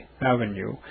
Avenue